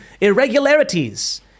irregularities